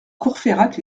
courfeyrac